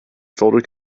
folder